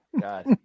God